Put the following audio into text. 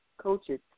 Coaches